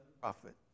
prophet